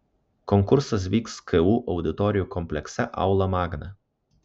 konkursas vyks ku auditorijų komplekse aula magna